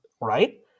right